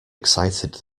excited